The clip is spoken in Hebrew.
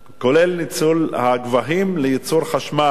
כולל ניצול הגבהים לייצור חשמל.